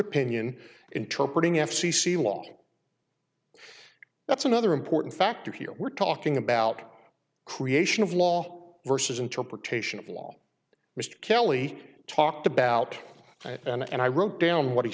opinion intro putting f c c log that's another important factor here we're talking about creation of law versus interpretation of law mr kelly talked about and i wrote down what he